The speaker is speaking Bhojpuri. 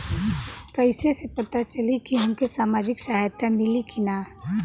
कइसे से पता चली की हमके सामाजिक सहायता मिली की ना?